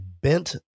bent